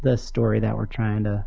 the story that we're trying to